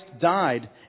died